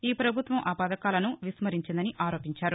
ఈ ప్రభుత్వం ఆ పథకాలను విస్శరించిందని ఆరోపించారు